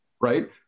Right